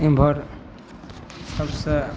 इमहर सबसँ